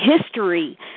history